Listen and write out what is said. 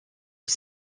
was